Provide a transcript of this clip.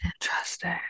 Interesting